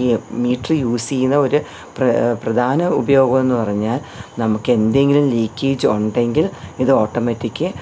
ഈ meter use ചെയ്യുന്ന ഒരു പ്ര പ്രധാന ഉപയോഗം എന്ന് പറഞ്ഞാൽ നമുക്ക് എന്തെങ്കിലും ലീക്കേജ് ഉണ്ടെങ്കിൽ ഇത് ഓട്ടോമാറ്റിക്ക്